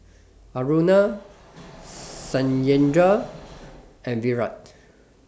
Aruna Satyendra and Virat